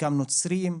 חלקם נוצרים.